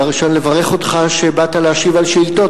אני מברך אותך שבאת להשיב על שאילתות.